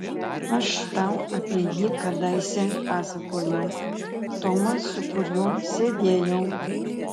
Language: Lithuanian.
aš tau apie jį kadaise pasakojau tomas su kuriuo sėdėjau